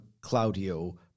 Claudio